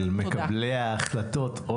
היא אל מקבלי ההחלטות.